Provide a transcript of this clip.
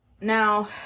now